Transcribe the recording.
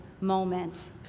moment